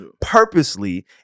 purposely